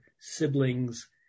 siblings